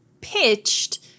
Pitched